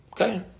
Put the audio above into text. Okay